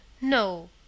no